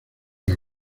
las